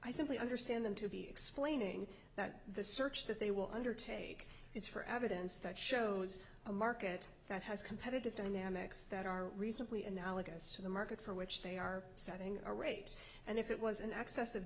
i simply understand them to be explaining that the search that they will undertake is for evidence that shows a market that has competitive dynamics that are reasonably analogous to the market for which they are setting a rate and if it was in excess of